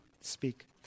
speak